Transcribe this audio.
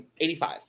85